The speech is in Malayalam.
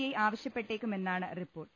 ഐ ആവശ്യപ്പെട്ടേക്കുമെന്നാണ് റിപ്പോർട്ട്